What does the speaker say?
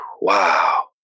Wow